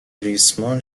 ریسمان